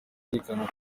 yerekana